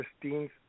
Christine's